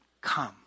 come